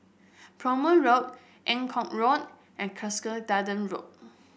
Prompton Road Eng Kong Road and Cuscaden Road